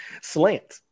Slant